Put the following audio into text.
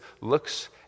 looks